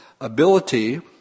ability